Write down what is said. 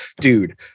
Dude